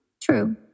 True